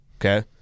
okay